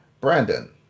Brandon